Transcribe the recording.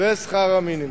ושכר המינימום.